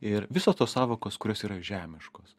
ir visos tos sąvokos kurios yra žemiškos